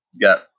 got